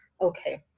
Okay